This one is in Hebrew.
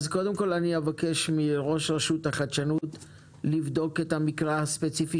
אני אבקש מראש הרשות לחדשנות לבדוק את המקרה הספציפי